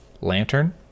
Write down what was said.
Lantern